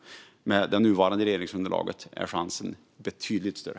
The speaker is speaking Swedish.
Med det nuvarande regeringsunderlaget är chansen betydligt större.